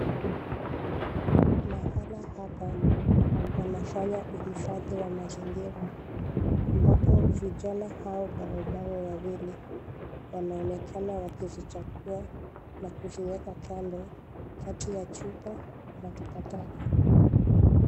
Mahala hapa wanafanya uhifathi wa mazingira, ambapo vijana hao barobaro wawili wanaonekana wakizichagua na kuziweka kando kati ya chupa na takataka.